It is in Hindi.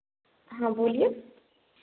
हाँ बोलिए